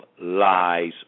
lies